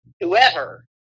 whoever